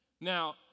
Now